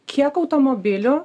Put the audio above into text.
kiek automobilių